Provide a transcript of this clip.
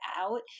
out